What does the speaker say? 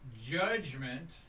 judgment